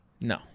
No